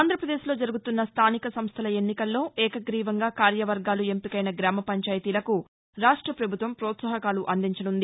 ఆంధ్రాప్రదేశ్లో జరుగుతున్న స్థానిక సంస్థల ఎన్నికల్లో ఏకగ్రీవంగా కార్యవర్గాలు ఎంపికైన గ్రామ పంచాయతీలకు రాష్ట ప్రభుత్వం ప్రోత్సాహకాలు అందించనుంది